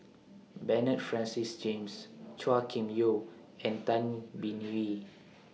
Bernard Francis James Chua Kim Yeow and Tay Bin Wee